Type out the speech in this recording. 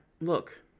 look